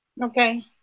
okay